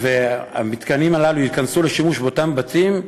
המתקנים הללו ייכנסו לשימוש באותם בתים,